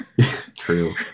True